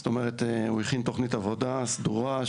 זאת אומרת הוא הכין תוכנית עבודה סדורה,